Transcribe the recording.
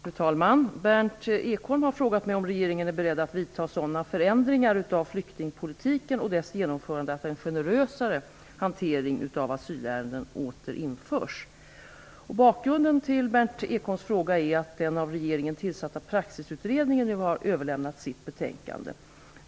Fru talman! Berndt Ekholm har frågat mig om regeringen är beredd att vidta sådana förändringar av flyktingpolitiken och dess genomförande att en generösare hantering av asylärenden åter införs. Bakgrunden till Berndt Ekholms fråga är att den av regeringen tillsatta praxisutredningen nu överlämnat sitt betänkande.